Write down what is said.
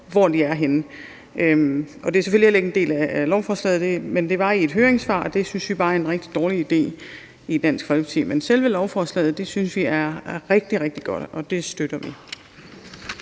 hvor de er henne. Det er selvfølgelig ikke en del af lovforslaget, men det optrådte i et høringssvar, og det synes vi bare i Dansk Folkeparti er en rigtig dårlig idé. Men selve lovforslaget synes vi er rigtig, rigtig godt, og det støtter vi.